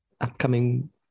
upcoming